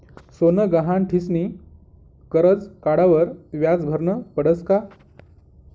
सोनं गहाण ठीसनी करजं काढावर व्याज भरनं पडस का?